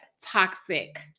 toxic